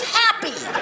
happy